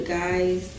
guys